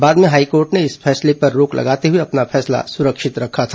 बाद में हाइकोर्ट ने इस फैसले पर रोक लगाते हुए अपना फैसला सुरक्षित रखा था